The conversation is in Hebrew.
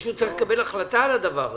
מישהו צריך לקבל החלטה על הדבר הזה.